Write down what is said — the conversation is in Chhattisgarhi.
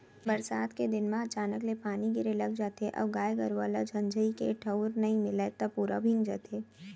बरसात के दिन म अचानक ले पानी गिरे लग जाथे अउ गाय गरूआ ल छंइहाए के ठउर नइ मिलय त पूरा भींग जाथे